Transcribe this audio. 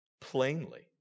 plainly